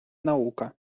наука